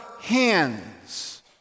hands